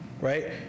right